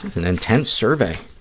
an intense survey.